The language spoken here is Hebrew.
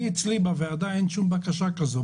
אצלי בוועדה אין שום בקשה כזאת.